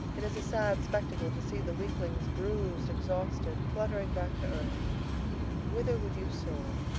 it is a sad spectacle to see the weaklings bruised, exhausted, fluttering back to earth whither would you soar?